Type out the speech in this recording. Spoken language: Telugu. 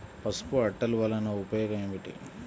పసుపు అట్టలు వలన ఉపయోగం ఏమిటి?